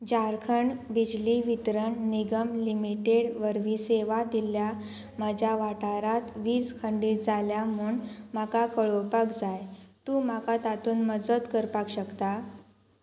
झारखंड बिजली वितरण निगम लिमिटेड वरवीं सेवा दिल्ल्या म्हज्या वाठारांत वीज खंडीत जाल्या म्हूण म्हाका कळोवपाक जाय तूं म्हाका तातूंत मजत करपाक शकता